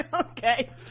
okay